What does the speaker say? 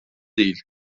değil